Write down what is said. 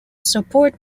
support